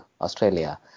Australia